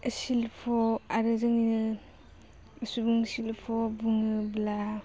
सिल्प' आरो जोंनिनो सुबुं सिल्प' बुङोब्ला